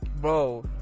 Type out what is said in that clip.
bro